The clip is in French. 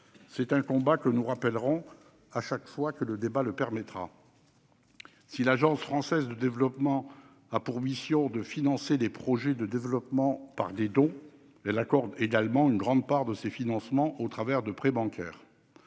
C'est un combat que nous rappellerons chaque fois que le débat le permettra. Si l'Agence française de développement a pour mission de financer des projets de développement par des dons, elle accorde également une grande part de ses financements au travers de prêts bancaires.